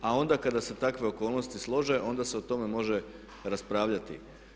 A onda kada se takve okolnosti slože, onda se o tome može raspravljati.